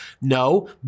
No